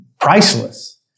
priceless